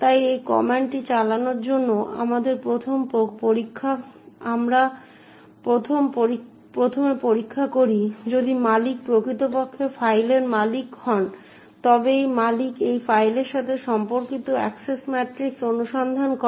তাই এই কমান্ডটি চালানোর জন্য আমরা প্রথমে পরীক্ষা করি যদি মালিক প্রকৃতপক্ষে ফাইলের মালিক হন তবে এটি মালিক এবং ফাইলের সাথে সম্পর্কিত অ্যাক্সেস ম্যাট্রিক্সে অনুসন্ধান করে